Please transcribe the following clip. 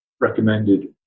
recommended